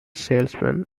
salesman